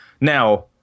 Now